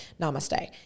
Namaste